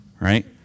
right